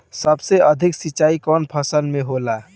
सबसे अधिक सिंचाई कवन फसल में होला?